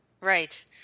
Right